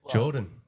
Jordan